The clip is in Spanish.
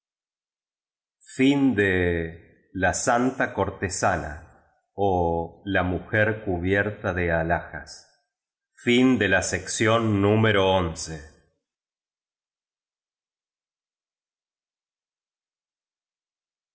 la santa cortesana ó la mujer cubierta de alhajas